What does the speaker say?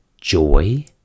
joy